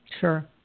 Sure